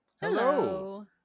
Hello